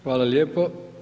Hvala lijepo.